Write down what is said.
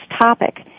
topic